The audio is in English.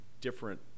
different